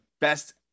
best